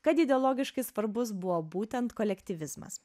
kad ideologiškai svarbus buvo būtent kolektyvizmas